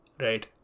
Right